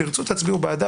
תרצו תצביעו בעדה.